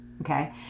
Okay